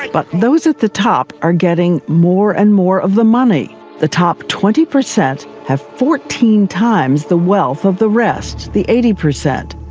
but those at the top are getting more and more of the money. the top twenty percent have fourteen times the wealth of the rest, the eighty percent,